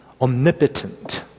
omnipotent